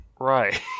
Right